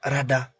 Rada